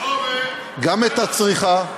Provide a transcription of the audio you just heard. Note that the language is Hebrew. גם את הצריכה,